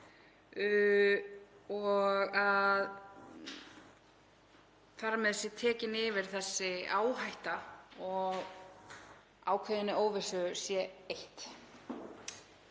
og að þar með sé tekin yfir þessi áhætta og ákveðinni óvissu eytt.